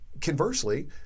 Conversely